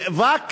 נאבק